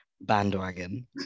bandwagon